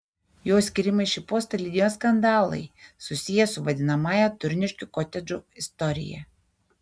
jo skyrimą į šį postą lydėjo skandalai susiję su vadinamąja turniškių kotedžų istorija